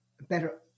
better